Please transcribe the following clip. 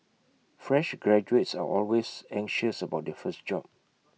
fresh graduates are always anxious about their first job